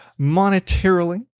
monetarily